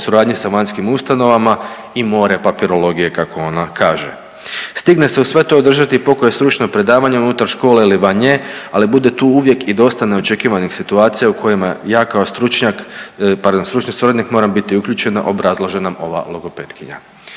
suradnji sa vanjskim ustanovama i more papirologije kako ona kaže. Stigne se uz sve to održati i po koje stručno predavanje unutar škole ili van nje, ali bude tu uvijek i dosta neočekivanih situacija u kojima ja kao stručnjak, pardon stručni suradnik moram biti uključena obrazlaže nam ova logopetkinja.